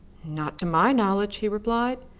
not to my knowledge, he replied.